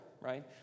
right